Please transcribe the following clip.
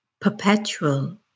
perpetual